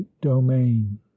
domain